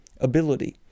ability